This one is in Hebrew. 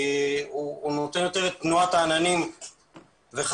הוא נותן יותר את תנועת העננים וכדומה.